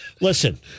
listen